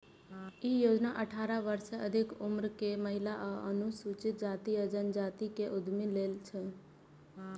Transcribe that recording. ई योजना अठारह वर्ष सं अधिक उम्र के महिला आ अनुसूचित जाति आ जनजाति के उद्यमी लेल छै